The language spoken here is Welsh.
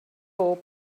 bob